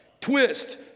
Twist